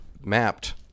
mapped